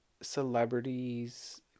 celebrities